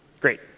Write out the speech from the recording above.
Great